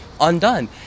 undone